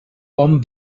bon